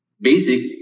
basic